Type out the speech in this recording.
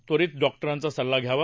त्वरित डॉक्टरांचा सल्ला घ्यावा